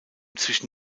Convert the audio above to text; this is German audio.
zwischen